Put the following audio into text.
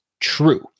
true